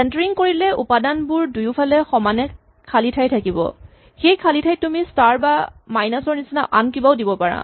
centring কৰিলে উপাদানটোৰ দুয়োফালে সমানে খালী ঠাই থাকিব সেই খালী ঠাইত তুমি স্টাৰ বা মাইনাচ ৰ নিচিনা অন্য কিবাও দিব পাৰা